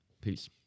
Peace